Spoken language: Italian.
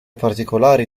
particolari